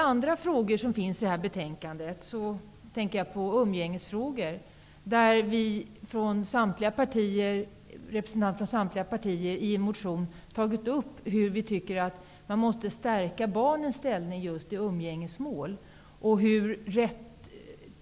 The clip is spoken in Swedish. Andra frågor som tas upp i detta betänkande är umgängesfrågor, där representanter från samtliga partier i en motion har tagit upp hur man skall stärka barnens ställning just i umgängesmål.